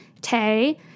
Tay